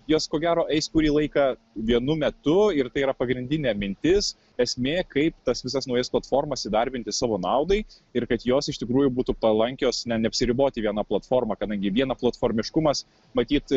jos ko gero eis kurį laiką vienu metu ir tai yra pagrindinė mintis esmė kaip tas visas naujas platformas įdarbinti savo naudai ir kad jos iš tikrųjų būtų palankios na neapsiriboti viena platforma kadangi viena platformiškumas matyt